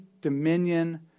dominion